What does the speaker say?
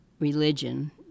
religion